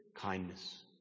kindness